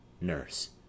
Nurse